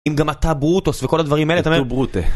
אם גם אתה ברוטוס וכל הדברים האלה אתה אומר... זהו ברוטה